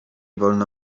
wolno